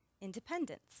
independence